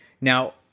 Now